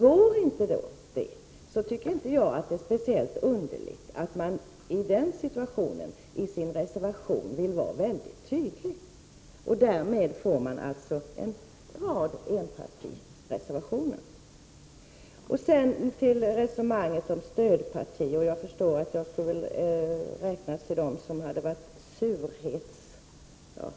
Går inte detta anser inte jag att det är speciellt underligt att man i den situationen vill vara väldigt tydlig i sin reservation. Därmed blir det en rad enpartireservationer. Sedan till resonemanget om stödparti. Jag förstår att jag väl får räknas till dem som hade visat sin surhet.